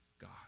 God